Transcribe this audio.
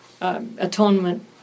atonement